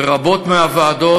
ורבות מהוועדות,